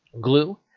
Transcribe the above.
glue